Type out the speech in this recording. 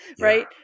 Right